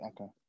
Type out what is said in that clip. okay